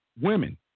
women